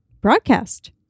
broadcast